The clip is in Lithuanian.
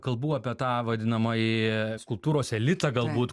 kalbu apie tą vadinamąjį kultūros elitą galbūt